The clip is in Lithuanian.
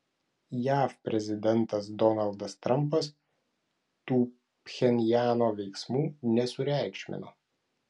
jav prezidentas donaldas trampas tų pchenjano veiksmų nesureikšmino